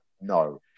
no